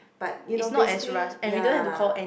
but you know basically ya